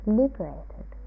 liberated